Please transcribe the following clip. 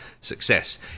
success